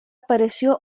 pareció